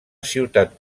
ciutat